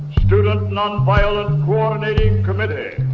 student nonviolent coordinating committee.